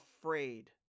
afraid